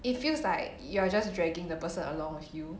it feels like you're just dragging the person along with you